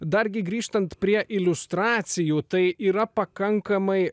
dargi grįžtant prie iliustracijų tai yra pakankamai